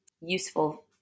useful